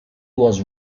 was